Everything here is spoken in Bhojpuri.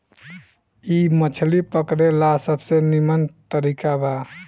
इ मछली पकड़े ला सबसे निमन तरीका बा